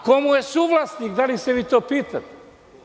Ko mu je suvlasnik, da li se vi to pitate?